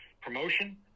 promotion